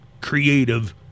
creative